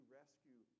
rescue